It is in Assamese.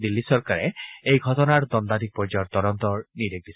দিল্লী চৰকাৰে এই ঘটনাৰ দণ্ডাধীশ পৰ্যায়ৰ তদন্তৰ নিৰ্দেশ দিছে